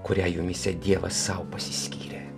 kurią jumyse dievas sau pasiskyrė